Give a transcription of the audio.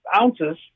ounces